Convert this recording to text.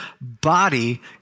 body